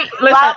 Listen